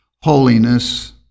holiness